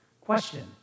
Question